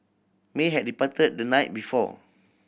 may had departed the night before